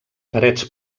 parets